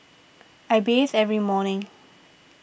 I bathe every morning